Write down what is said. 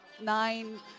nine